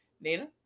Nina